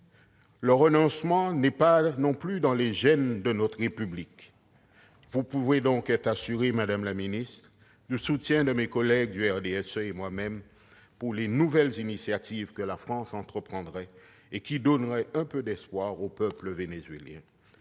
le renoncement n'est pas dans les gènes de notre République. Vous pouvez donc être assurés du soutien de mes collègues du RDSE et de moi-même, pour les nouvelles initiatives que la France engagerait et qui donneraient un peu d'espoir au peuple vénézuélien,